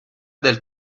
del